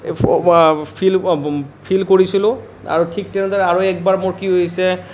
feel feel কৰিছিলোঁ আৰু ঠিক তেনেদৰে আৰু একবাৰ মোৰ কি হৈছে